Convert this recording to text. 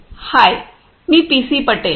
हाय मी पीसी पटेल